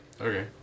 Okay